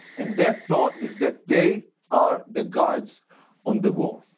and that thought is that they are the guards on the wall.